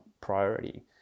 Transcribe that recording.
priority